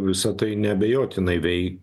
visa tai neabejotinai vei